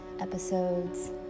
episodes